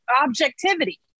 objectivity